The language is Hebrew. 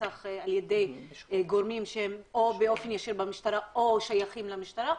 רצח על ידי גורמים שהם במשטרה באופן ישיר או שייכים למשטרה,